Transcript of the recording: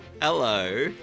Hello